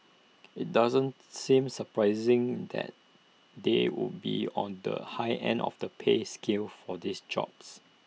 IT doesn't seem surprising that they would be on the high end of the pay scale for these jobs